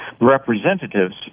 representatives